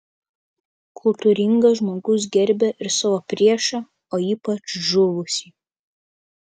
kultūringas žmogus gerbia ir savo priešą o ypač žuvusį